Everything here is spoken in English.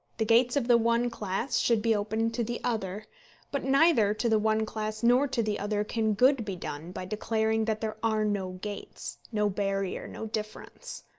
the gates of the one class should be open to the other but neither to the one class nor to the other can good be done by declaring that there are no gates, no barrier, no difference.